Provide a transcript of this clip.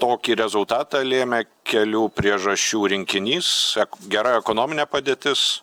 tokį rezultatą lėmė kelių priežasčių rinkinys gera ekonominė padėtis